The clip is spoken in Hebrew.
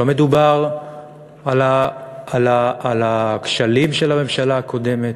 לא מדובר על הכשלים של הממשלה הקודמת.